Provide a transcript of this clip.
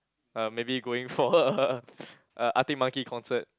uh maybe going for a a uh Arctic-Monkey concert